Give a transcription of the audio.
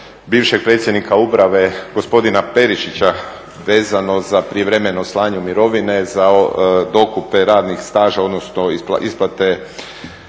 bivšeg predsjednika uprave gospodina Peričića vezano za prijevremeno slanje u mirovine, za dokupe radnih staža odnosno isplate